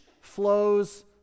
flows